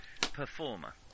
Performer